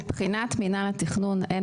מבחינת מינהל התכנון אין